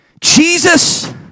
Jesus